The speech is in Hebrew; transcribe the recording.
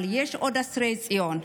אבל יש עוד אסירי ציון,